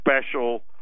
special